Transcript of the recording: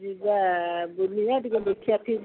ଯିବା ବୁଲିବା ଟିକେ ଦେଖିବା